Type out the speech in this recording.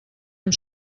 amb